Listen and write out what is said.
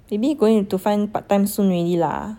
eh me going to find part time soon already lah